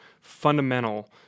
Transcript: fundamental